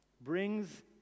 brings